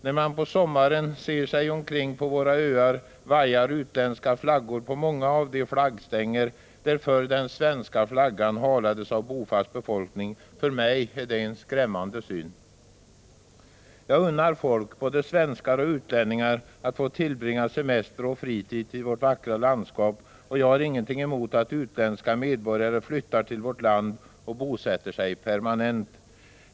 När man på sommaren ser sig omkring på våra öar ser man utländska flaggor vaja på många av de flaggstänger där förr den svenska flaggan halades av bofast befolkning. För mig är det en skrämmande syn. Jag unnar folk, både svenskar och utlänningar, att få tillbringa semester och fritid i vårt vackra landskap, och jag har ingenting emot att utländska medborgare flyttar till vårt land och bosätter sig permanent.